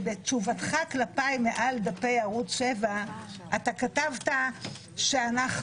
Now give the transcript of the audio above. ובתשובתך כלפיי מעל דפי ערוץ 7 אתה כתבת שאנחנו